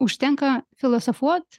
užtenka filosofuot